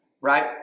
right